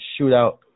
shootout